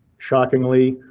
shockingly,